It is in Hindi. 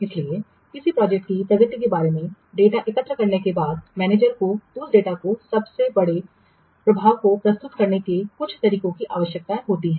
इसलिए किसी प्रोजेक्ट की प्रगति के बारे में डेटा एकत्र करने के बाद मैनेजर को उस डेटा को सबसे बड़े प्रभाव को प्रस्तुत करने के कुछ तरीके की आवश्यकता होती है